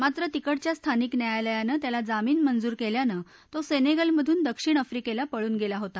मात्र तिकडच्या स्थानिक न्यायालयानं त्याला जामीन मंजूर केल्यानं तो सेनेगलमधून दक्षिण आफ्रिकेला पळून गेला होता